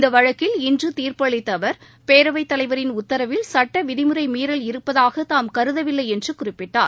இந்த வழக்கில் இன்று தீர்ப்பு அளித்த அவர் பேரவைத் தலைவரின் உத்தரவில் சட்ட விதிமுறை மீறல் இருப்பதாக தாம் கருதவில்லை என்று குறிப்பிட்டார்